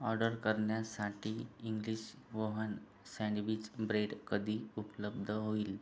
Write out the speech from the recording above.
order करण्यासाठी English oven sandwich bread कधी उपलब्ध होईल